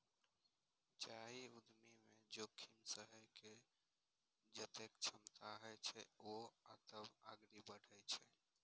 जाहि उद्यमी मे जोखिम सहै के जतेक क्षमता होइ छै, ओ ओतबे आगू बढ़ै छै